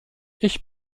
ich